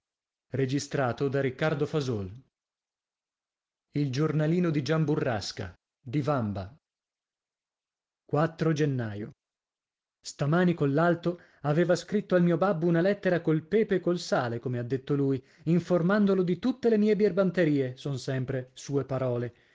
lo proseguirai a casa tua perché io ono e io e io gennaio stamani collalto aveva scritto al mio babbo una lettera col pepe e col sale come ha detto lui informandolo di tutte le mie birbanterie son sempre sue parole